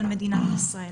אבל יש בהם